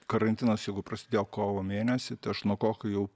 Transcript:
karantinas jeigu prasidėjo kovo mėnesį nuo kokių jau